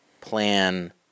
plan